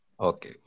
Okay